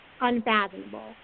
unfathomable